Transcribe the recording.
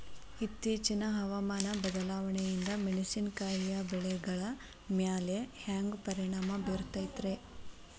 ಇತ್ತೇಚಿನ ಹವಾಮಾನ ಬದಲಾವಣೆಯಿಂದ ಮೆಣಸಿನಕಾಯಿಯ ಬೆಳೆಗಳ ಮ್ಯಾಲೆ ಹ್ಯಾಂಗ ಪರಿಣಾಮ ಬೇರುತ್ತೈತರೇ?